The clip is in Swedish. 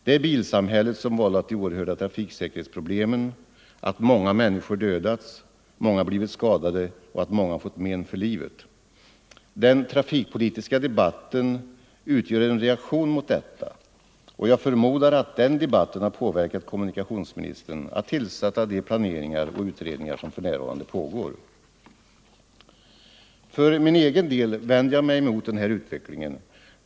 Det är bilsamhället som har vållat de oerhörda trafiksäkerhetsproblemen, att många människor dödats, att många blivit skadade och att många fått men för livet. Den trafikpolitiska debatten utgör en reaktion mot detta, och jag förmodar att den debatten har påverkat kommunikationsministern att föranstalta om de planeringar och utredningar som för närvarande pågår. För min egen del vänder jag mig emot denna utveckling.